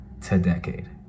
...to-decade